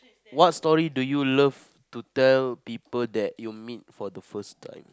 what story do you love to tell people that you meet for the first time